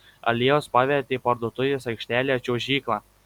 aliejus pavertė parduotuvės aikštelę čiuožykla